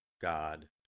God